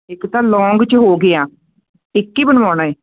ਇੱਕ ਤਾਂ ਲੋਂਗ 'ਚ ਹੋ ਗਿਆ ਇੱਕ ਈ ਬਣਵਾਉਣਾ